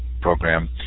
program